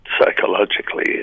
psychologically